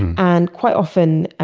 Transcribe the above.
and quite often,